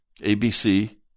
ABC